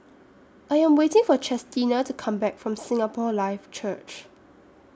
I Am waiting For Chestina to Come Back from Singapore Life Church